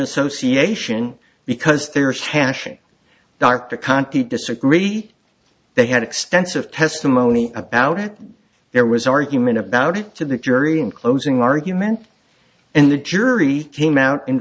association because they are stashing dark to conti disagree they had extensive testimony about it there was argument about it to the jury in closing argument and the jury came out in